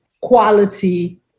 quality